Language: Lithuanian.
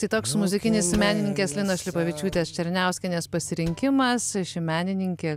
tai toks muzikinis menininkės linos šlipavičiūtės černiauskienės pasirinkimas ši menininkė